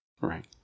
Right